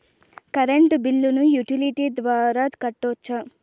Current బిల్లును utility ద్వారా కట్టొచ్చా?